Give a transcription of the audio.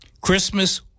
Christmas